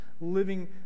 living